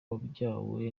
wabyawe